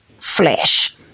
flesh